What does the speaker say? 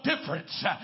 difference